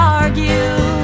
argue